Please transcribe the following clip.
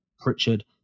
Pritchard